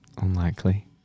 unlikely